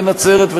בנצרת,